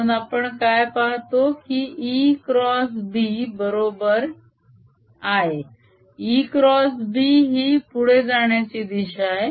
म्हणून आपण काय पाहतो की E क्रॉस B बरोबर I E क्रॉस B ही पुढे जाण्याची दिशा आहे